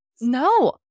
No